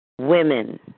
women